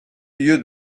lieu